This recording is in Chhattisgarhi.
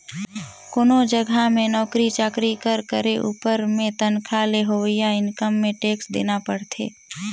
कोनो जगहा में नउकरी चाकरी कर करे उपर में तनखा ले होवइया इनकम में टेक्स देना परथे